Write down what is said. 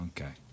Okay